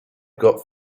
got